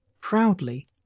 proudly